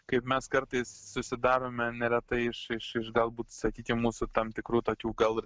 kaip mes kartais susidarome neretai iš iš iš galbūt sakykime mūsų tam tikrų tokių gal ir